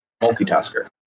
multitasker